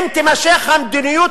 אם תימשך המדיניות